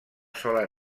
sola